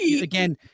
Again